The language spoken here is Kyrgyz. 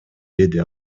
деди